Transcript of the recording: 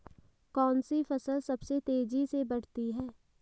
कौनसी फसल सबसे तेज़ी से बढ़ती है?